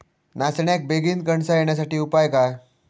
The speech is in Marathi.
नाचण्याक बेगीन कणसा येण्यासाठी उपाय काय?